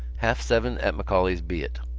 half-seven at m'auley's be it!